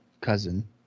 cousin